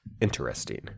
interesting